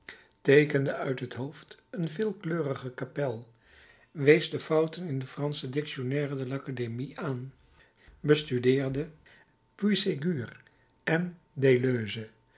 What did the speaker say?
teekende uit het hoofd een veelkleurige kapel wees de fouten in de fransche dictionnaire de l académie aan bestudeerde puységur en